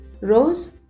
Rose